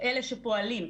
אלה שפועלים,